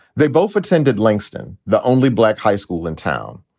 they both attended langston. the only black high school in town.